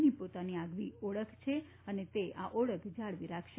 ની પોતાની આગવી ઓળખ છે અને તે આ ઓળખ જાળવી રાખશે